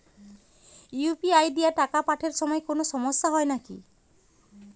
UPI দিয়া টাকা পাঠের সময় কোনো সমস্যা হয় নাকি?